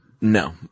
No